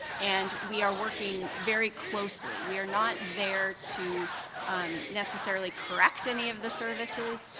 and we are working very closely. we are not there to necessary correct any of the services,